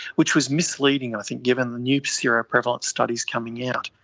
which was misleading i think given new seroprevalence studies coming out.